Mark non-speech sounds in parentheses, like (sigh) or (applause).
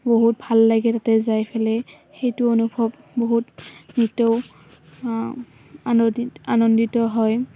বহুত ভাল লাগে তাতে যাই ফেলাই সেইটো অনুভৱ বহুত নৃত্যও (unintelligible) আনন্দিত হয়